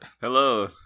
Hello